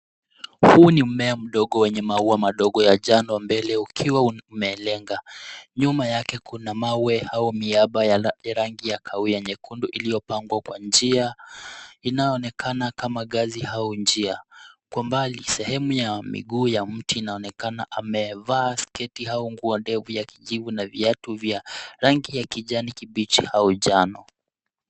Huu ni mmea mdogo wenye maua madogo ya njano mbele ukiwa umelenga. Nyuma yake, kuna mawe au miamba ya rangi ya kahawia nyekundu iliyopangwa kwa njia inayoonekana kama ngazi au njia. Kwa mbali sehemu ya miguu ya mti inaonekana. Amevaa sketi au nguo ndefu ya kijivu na viatu vya rangi ya kijani kibichi au njano.